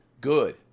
Good